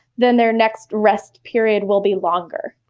then their next rest period will be longer.